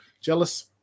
Jealous